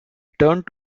turned